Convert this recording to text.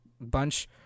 bunch